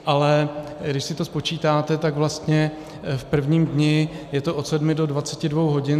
Ale když si to spočítáte, tak vlastně v prvním dni je to od sedmi do dvaceti dvou hodin.